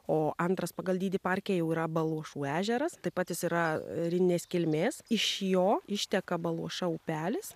o antras pagal dydį parke jau yra baluošų ežeras taip pat yra rininės kilmės iš jo išteka baluoša upelis